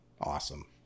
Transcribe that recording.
Awesome